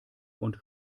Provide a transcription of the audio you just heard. und